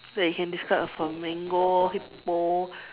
that you can describe a flamingo hippo